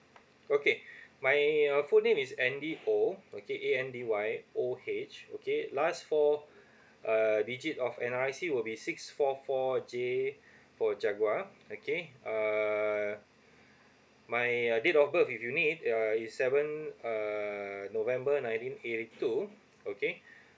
okay my uh full name is andy oh okay A N D Y O H okay last four uh digit of N_R_I_C will be six four four J for jaguar okay err my uh date of birth if you need uh is seven uh november nineteen eighty two okay